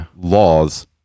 laws